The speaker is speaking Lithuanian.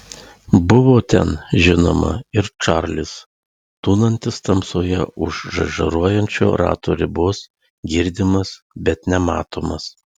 buvo ten žinoma ir čarlis tūnantis tamsoje už žaižaruojančio rato ribos girdimas bet nematomas